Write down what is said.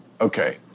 Okay